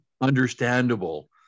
understandable